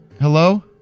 Hello